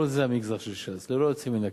כל זה המגזר של ש"ס, ללא יוצא מן הכלל.